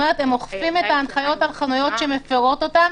אוכפים את ההנחיות על חנויות שמפרות אותן